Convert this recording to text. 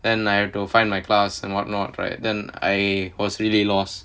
then I have to find my class and what not right then I was really lost